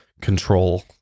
control